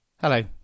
Hello